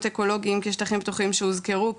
אקולוגיים כשטחים פתוחים שהוזכרו פה,